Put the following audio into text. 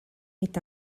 est